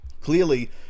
clearly